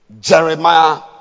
Jeremiah